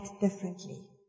differently